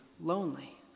lonely